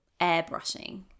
airbrushing